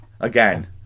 again